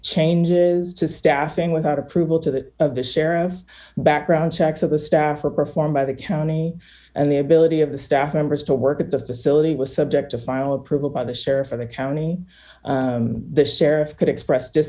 changes to staffing without approval to that of the sheriff background checks of the staff are performed by the county and the ability of the staff members to work at the facility was subject to final approval by the sheriff or the county the sheriff could express